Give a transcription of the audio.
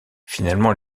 finalement